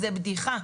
זאת בדיחה.